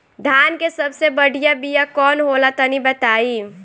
धान के सबसे बढ़िया बिया कौन हो ला तनि बाताई?